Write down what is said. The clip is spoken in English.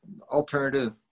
alternative